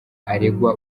aregwa